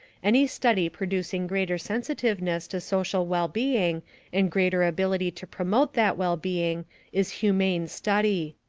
any study producing greater sensitiveness to social well-being and greater ability to promote that well-being is humane study.